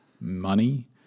money